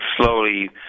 slowly